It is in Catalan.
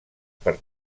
per